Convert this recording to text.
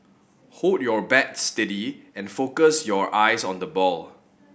hold your bat steady and focus your eyes on the ball